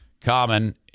common